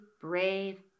brave